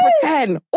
pretend